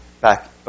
back